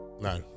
no